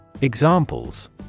Examples